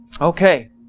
Okay